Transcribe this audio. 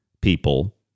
people